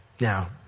Now